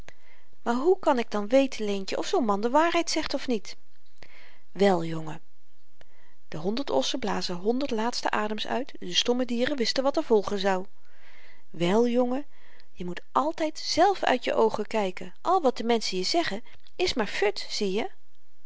maar hoe kan ik dan weten leentje of zoo'n man de waarheid zegt of niet wel jongen de honderd ossen blazen honderd laatste adems uit de stomme dieren wisten wat er volgen zou wel jongen je moet altyd zelf uit je oogen kyken al wat de menschen je zeggen is maar fut zieje